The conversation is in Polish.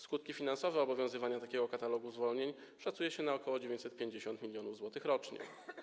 Skutki finansowe obowiązywania takiego katalogu zwolnień szacuje się na ok. 950 mln zł rocznie.